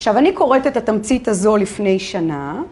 עכשיו אני קוראת את התמצית הזו לפני שנה.